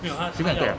shipping quite bad